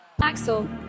Axel